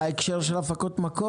בהקשר של הפקות מקור?